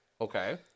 Okay